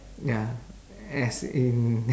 ya as in